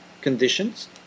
conditions